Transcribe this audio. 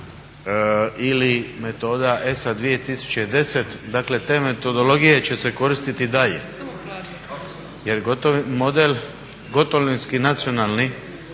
ili metoda ESA 2010. Dakle te metodologije će se koristiti dalje jer gotovinski nacionalni